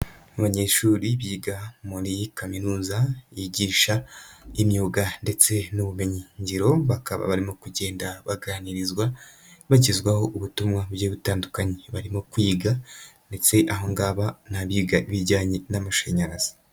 Abanyeshuri biga muri iyi kaminuza yigisha imyuga ndetse n'ubumenyi ngiro, bakaba barimo kugenda baganirizwa, bagezwaho ubutumwa bugiye butandukanye. Barimo kwiga ndetse aha ngaba ni abiga ibijyanye n'amashanyarazi.